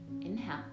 inhale